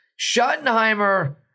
Schottenheimer –